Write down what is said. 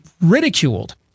ridiculed